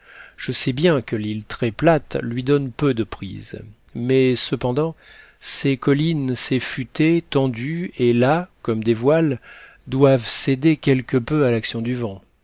je sais bien que l'île très plate lui donne peu de prise mais cependant ses collines ses futaies tendues et là comme des voiles doivent céder quelque peu à l'action du vent